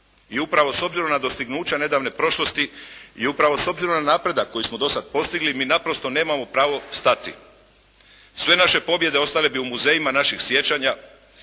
I upravo s obzirom na dostignuća nedavne prošlosti i upravo s obzirom na napredak koji smo do sada postigli mi naprosto nemamo pravo stati. Sve naše pobjede ostale bi u muzejima naših sjećanja,